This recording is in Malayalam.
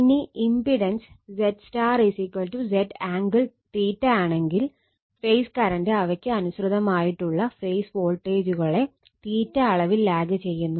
ഇനി ഇമ്പിടൻസ് ZY Z ആംഗിൾ ആണെങ്കിൽ ഫേസ് കറണ്ട് അവയ്ക്ക് അനുസൃതമായിട്ടുള്ള ഫേസ് വോൾട്ടേജുകളെഅളവിൽ ലാഗ് ചെയ്യുന്നു